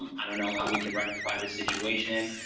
um i don't know how we can rectify this situation.